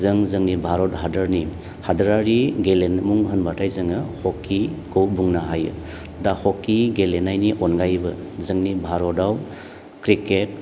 जों जोंनि भारत हादोरनि हादोरारि गेलेमु होनबाथाय जोङो हकिखौ बुंनो हायो दा हकि गेलेनायनि अनगायैबो जोंनि भारतआव क्रिकेट